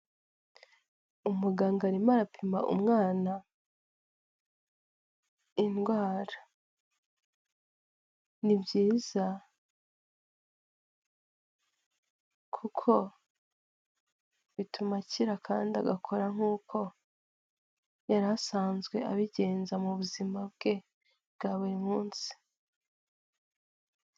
Umuganga arimo arapima umwana indwara, ni byiza kuko bituma akira kandi agakora nk'uko yarisanzwe abigenza mu buzima bwe bwa buri munsi.